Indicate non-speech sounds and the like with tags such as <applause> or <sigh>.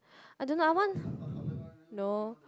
I don't know I want <breath> no